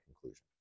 conclusion